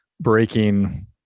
breaking